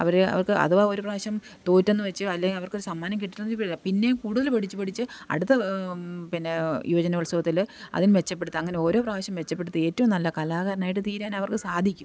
അവർ അവർക്ക് അഥവാ ഒരു പ്രാവശ്യം തോറ്റെന്ന് വച്ച് അല്ലെങ്കിൽ അവർക്ക് സമ്മാനം കിട്ടണത് പിന്നേയും കൂടുതൽ പഠിച്ച് പഠിച്ച് അടുത്ത പിന്നെ യുവജനോത്സവത്തിൽ അതിൽ മെച്ചപ്പെടുത്താം അങ്ങനെ ഓരോ പ്രാവശ്യം മെച്ചപ്പെടുത്തി ഏറ്റവും നല്ല കലാകാരനായിട്ട് തീരാൻ അവർക്ക് സാധിക്കും